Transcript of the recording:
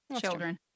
Children